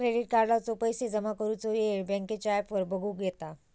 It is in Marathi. क्रेडिट कार्डाचो पैशे जमा करुचो येळ बँकेच्या ॲपवर बगुक येता